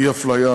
אי-הפליה,